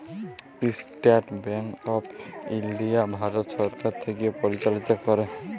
State bank of India Bharat সরকার থ্যাকে পরিচালিত ক্যরে